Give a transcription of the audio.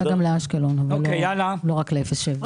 זה היה גם לאשקלון, לא רק לאפס עד שבעה קילומטר.